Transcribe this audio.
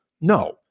No